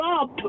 up –